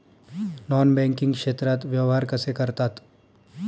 Non banking क्षेत्रात व्यवहार कसे करतात?